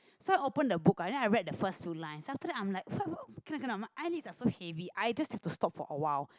so I open the book and then I read first few lines then after that I'm like wh~ [wah] cannot cannot my eyelids are heavy I just have to stop for a while